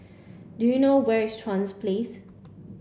do you know where is Chuans Place